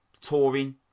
Touring